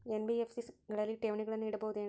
NBFC ಗಳಲ್ಲಿ ಠೇವಣಿಗಳನ್ನು ಇಡಬಹುದೇನ್ರಿ?